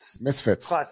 misfits